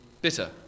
bitter